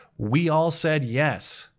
we all said yes,